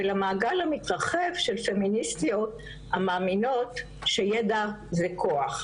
ולמעגל המתרחב של פמיניסטיות המאמינות שידע זה כוח.